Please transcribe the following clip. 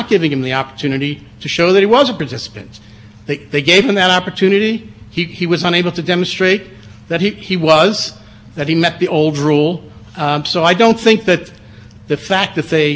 him a full and fair opportunity to show why he was a participant which is what the review was limited to it takes away from either the clarity or or the continuous ness of the